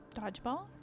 Dodgeball